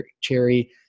Cherry